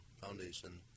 Foundation